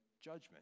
judgment